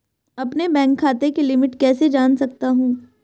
अपने बैंक खाते की लिमिट कैसे जान सकता हूं?